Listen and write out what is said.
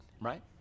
Right